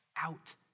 out